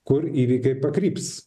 kur įvykiai pakryps